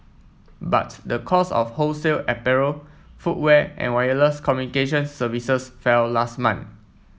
but the cost of wholesale apparel footwear and wireless communications services fell last month